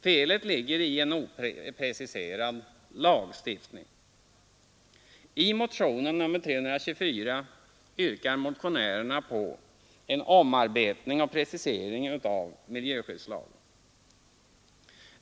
Felet ligger i en opreciserad lagstiftning. I motionen 324 yrkar motionärerna på en omarbetning och precisering av miljöskyddslagen.